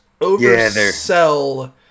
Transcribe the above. oversell